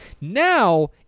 now